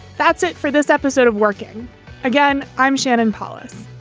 that's it for this episode of working again. i'm shannon polys.